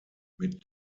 mit